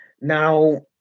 now